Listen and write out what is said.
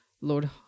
Lord